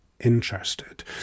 interested